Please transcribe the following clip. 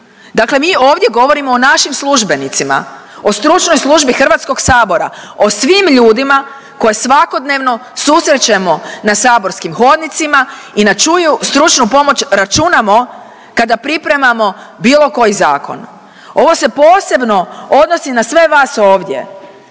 dakle mi ovdje govorimo o našim službenicima, o stručnoj službi HS, o svim ljudima koje svakodnevno susrećemo na saborskim hodnicima i na čiju stručnu pomoć računamo kada pripremamo bilo koji zakon. Ovo se posebno odnosi na sve vas ovdje